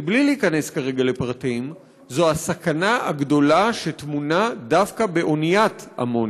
בלי להיכנס כרגע לפרטים הוא הסכנה הגדולה שטמונה דווקא באוניית אמוניה.